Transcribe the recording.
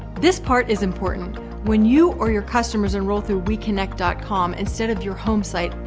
this part is important when you or your customers enroll through wekynect dot com instead of your home site.